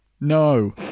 no